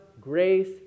grace